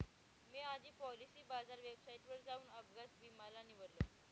मी आधी पॉलिसी बाजार वेबसाईटवर जाऊन अपघात विमा ला निवडलं